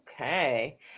Okay